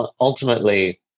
ultimately –